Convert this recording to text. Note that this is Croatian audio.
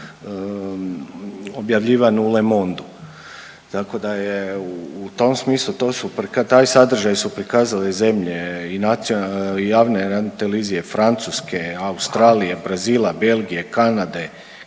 objavljivan u Le Mondu. Tako da je u tom smislu taj sadržaj su prikazale i zemlje i javne radio-televizije Francuske, Australije, Brazila, Belgije, Kanade,